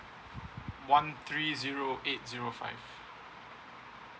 one three zero eight zero five